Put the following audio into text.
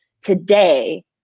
today